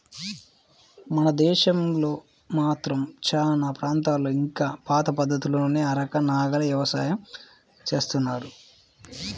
మన దేశంలో మాత్రం చానా ప్రాంతాల్లో ఇంకా పాత పద్ధతుల్లోనే అరక, నాగలి యవసాయం జేత్తన్నారు